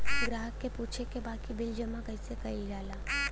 ग्राहक के पूछे के बा की बिल जमा कैसे कईल जाला?